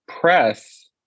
press